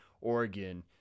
Oregon